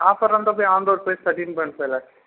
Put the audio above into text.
offer ఉండదు on road thirteen point five lakhs